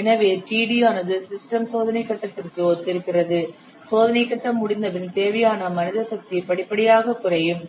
எனவே Td ஆனது system சோதனை கட்டத்திற்கு ஒத்திருக்கிறது சோதனைக் கட்டம் முடிந்தபின் தேவையான மனித சக்தி படிப்படியாக குறையும்